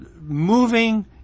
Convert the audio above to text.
moving